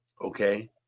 Okay